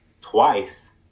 twice